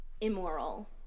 immoral